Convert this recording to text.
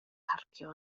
parcio